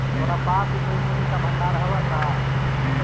तोरा पास भी कोई मूल्य का भंडार हवअ का